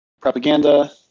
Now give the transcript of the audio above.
propaganda